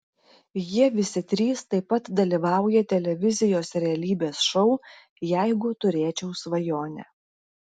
jie visi trys taip pat dalyvauja televizijos realybės šou jeigu turėčiau svajonę